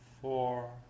four